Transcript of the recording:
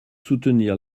soutenir